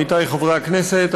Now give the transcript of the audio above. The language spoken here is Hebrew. עמיתיי חברי הכנסת,